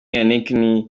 yannick